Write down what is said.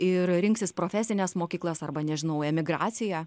ir rinksis profesines mokyklas arba nežinau emigraciją